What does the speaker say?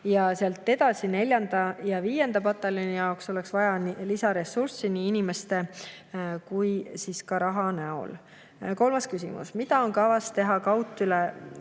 Sealt edasi neljanda ja viienda pataljoni jaoks oleks vaja lisaressurssi nii inimeste kui ka raha näol. Kolmas küsimus: mida on kavas teha kaudtulevõime